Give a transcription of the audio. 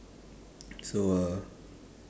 so uh